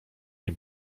nie